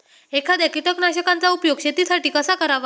एखाद्या कीटकनाशकांचा उपयोग शेतीसाठी कसा करावा?